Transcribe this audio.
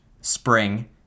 spring